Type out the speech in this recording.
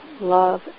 love